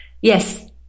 Yes